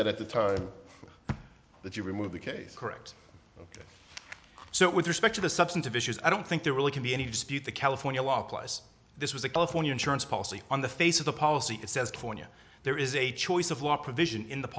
that at the time that you remove the case correct so with respect to the substantive issues i don't think there really can be any dispute the california law applies this was a california insurance policy on the face of the policy it says courneya there is a choice of law provision in the